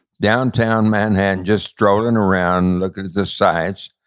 downtown manhattan, just strolling around, looking at the sights,